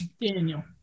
Daniel